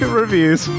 reviews